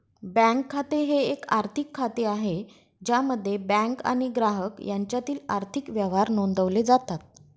bank खाते हे एक आर्थिक खाते आहे ज्यामध्ये बँक आणि ग्राहक यांच्यातील आर्थिक व्यवहार नोंदवले जातात